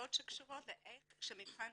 מסיבות שקשורות לאיך שמבחן